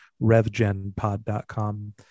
revgenpod.com